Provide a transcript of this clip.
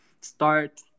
start